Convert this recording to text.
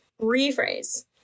rephrase